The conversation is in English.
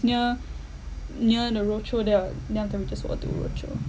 near near the rochor there [what] then after we just walk to rochor